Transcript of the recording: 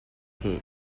hmuh